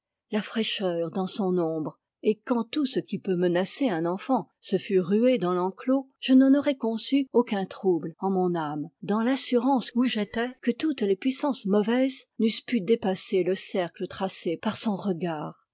la fraîcheur dans son ombre et quand tout ce qui peut menacer un enfant se fût rué dans l'enclos je n'en aurais conçu aucun trouble en mon âme dans l'assurance où j'étais que toutes les puissances mauvaises n'eussent pu dépasser le cercle tracé par son regard